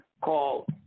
called